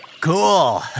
Cool